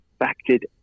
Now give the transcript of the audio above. affected